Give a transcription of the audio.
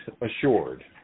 assured